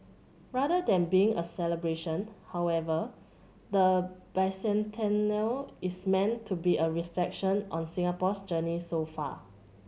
rather than being a celebration however the bicentennial is meant to be a reflection on Singapore's journey so far